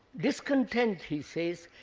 discontent, he says,